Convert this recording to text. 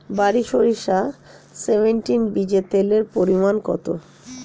বারি সরিষা সেভেনটিন বীজে তেলের পরিমাণ কত?